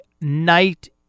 night